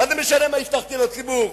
מה זה משנה מה הבטחתי לציבור,